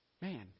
Man